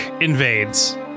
invades